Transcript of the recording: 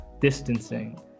distancing